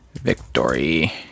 Victory